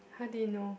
how did you know